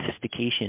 sophistication